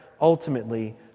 ultimately